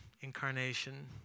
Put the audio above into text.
incarnation